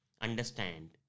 understand